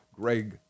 Greg